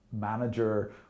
manager